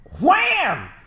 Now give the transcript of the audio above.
Wham